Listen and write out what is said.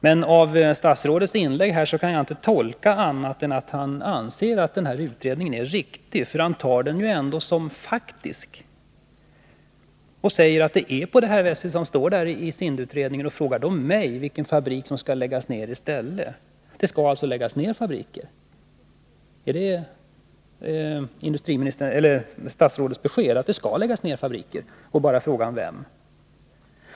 Jag kan inte tolka statsrådets inlägg på annat sätt än att han anser att denna utredning är riktig, ty han tar den ju ändå som faktisk och säger att det förhåller sig så som det står i SIND-utredningen och frågar mig vilken fabrik som skall läggas ned i stället. Det skall alltså läggas ner fabriker. Är statsrådets besked att det skall läggas ner fabriker och att det bara är fråga om vilken?